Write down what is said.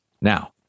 now